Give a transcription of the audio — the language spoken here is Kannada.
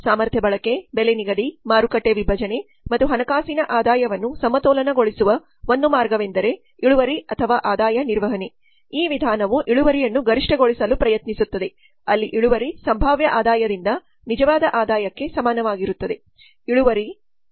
ಸಾಮರ್ಥ್ಯ ಬಳಕೆ ಬೆಲೆ ನಿಗದಿ ಮಾರುಕಟ್ಟೆ ವಿಭಜನೆ ಮತ್ತು ಹಣಕಾಸಿನ ಆದಾಯವನ್ನು ಸಮತೋಲನಗೊಳಿಸುವ ಒಂದು ಮಾರ್ಗವೆಂದರೆ ಇಳುವರಿ ಅಥವಾ ಆದಾಯ ನಿರ್ವಹಣೆ ಈ ವಿಧಾನವು ಇಳುವರಿಯನ್ನು ಗರಿಷ್ಠಗೊಳಿಸಲು ಪ್ರಯತ್ನಿಸುತ್ತದೆ ಅಲ್ಲಿ ಇಳುವರಿ ಸಂಭಾವ್ಯ ಆದಾಯದಿಂದ ನಿಜವಾದ ಆದಾಯಕ್ಕೆ ಸಮಾನವಾಗಿರುತ್ತದೆ